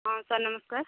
ହଁ ସାର୍ ନମସ୍କାର